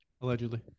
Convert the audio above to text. Allegedly